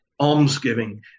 almsgiving